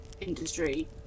industry